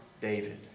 David